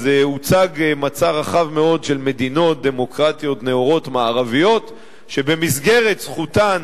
אז הוצג מצע רחב מאוד של מדינות דמוקרטיות נאורות מערביות שבמסגרת זכותן